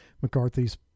McCarthy's